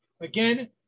Again